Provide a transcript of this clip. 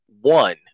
one